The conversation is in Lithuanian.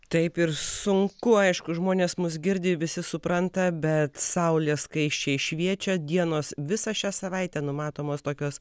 taip ir sunku aišku žmonės mus girdi visi supranta bet saulė skaisčiai šviečia dienos visą šią savaitę numatomos tokios